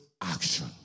action